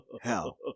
hell